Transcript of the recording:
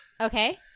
Okay